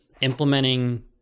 implementing